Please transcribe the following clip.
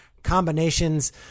combinations